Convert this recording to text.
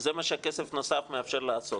זה מה שכסף נוסף מאפשר לעשות.